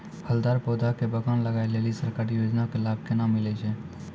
फलदार पौधा के बगान लगाय लेली सरकारी योजना के लाभ केना मिलै छै?